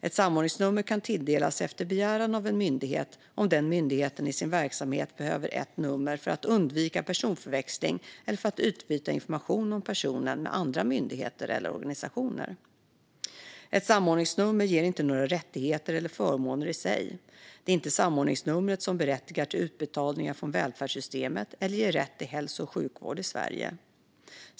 Ett samordningsnummer kan tilldelas efter begäran av en myndighet om den myndigheten i sin verksamhet behöver ett nummer för att undvika personförväxling eller för att utbyta information om personen med andra myndigheter eller organisationer. Ett samordningsnummer ger inte några rättigheter eller förmåner i sig. Det är inte samordningsnumret som berättigar till utbetalningar från välfärdssystemen eller ger rätt till hälso och sjukvård i Sverige.